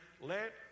let